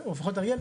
לפחות אריאל,